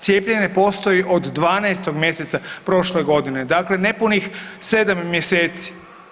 Cijepljenje postoji od 12. mjeseca prošle godine, dakle nepunih 7 mjeseci.